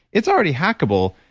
it's already hackable.